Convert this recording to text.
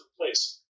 place